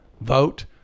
vote